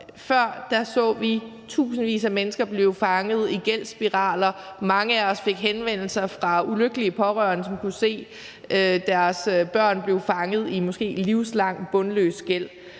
Før så vi tusindvis af mennesker blive fanget i gældsspiraler; mange af os fik henvendelser fra ulykkelige pårørende, som kunne se deres børn blive fanget i måske livslang bundløs gæld.